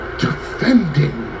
defending